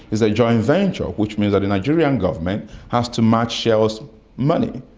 is a joint venture, which means that the nigerian government has to match shell's money.